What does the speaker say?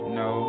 no